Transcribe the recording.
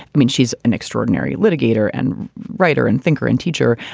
i mean, she's an extraordinary litigator and writer and thinker and teacher,